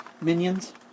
Minions